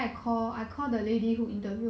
mm